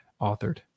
authored